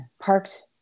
parked